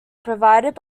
provided